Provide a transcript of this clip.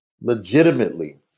legitimately